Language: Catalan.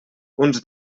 uns